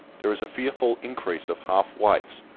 there is a fearful increase of half whites,